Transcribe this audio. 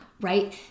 right